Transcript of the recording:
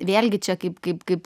vėlgi čia kaip kaip kaip